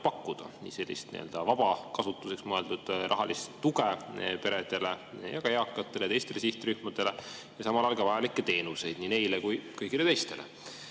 pakkuda: nii-öelda vabakasutuseks mõeldud rahalist tuge peredele, ka eakatele ja teistele sihtrühmadele, ja samal ajal ka vajalikke teenuseid nii neile kui ka kõigile teistele. Aga